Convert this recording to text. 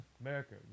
America